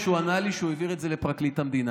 הוא ענה לי אחרי חודש שהוא העביר את זה לפרקליט המדינה.